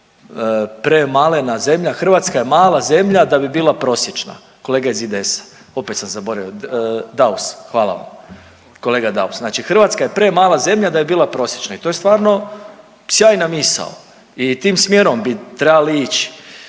premalena zemlja, Hrvatska je mala zemlja da bi bila prosječna, kolega iz IDS-a, opet sam zaboravio, Daus, hvala vam kolega Daus, znači Hrvatska je premala zemlja da bi bila prosječna i to je stvarno sjajna misao i tim smjerom bi trebali ići.